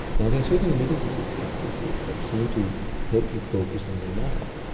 now there are certain meditative practices that seem to help you focus on the now.